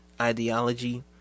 ideology